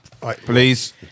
Please